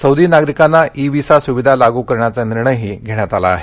Saudi नागरिकांना e visa सुविधा लागू करण्याचा निर्णयही घेण्यात आला आहे